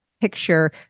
picture